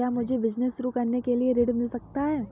क्या मुझे बिजनेस शुरू करने के लिए ऋण मिल सकता है?